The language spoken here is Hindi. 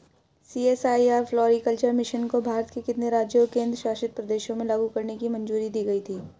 सी.एस.आई.आर फ्लोरीकल्चर मिशन को भारत के कितने राज्यों और केंद्र शासित प्रदेशों में लागू करने की मंजूरी दी गई थी?